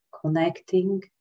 connecting